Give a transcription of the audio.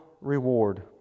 reward